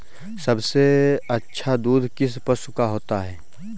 सबसे अच्छा दूध किस पशु का होता है?